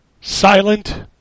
Silent